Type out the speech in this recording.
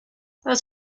those